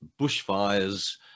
bushfires